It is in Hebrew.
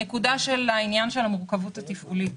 הנקודה של העניין של המורכבות התפעולית.